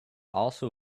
also